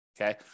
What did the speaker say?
okay